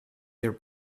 their